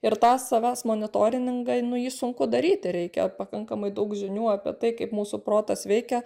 ir tą savęs monitoriningą nu jį sunku daryti reikia pakankamai daug žinių apie tai kaip mūsų protas veikia